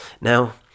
now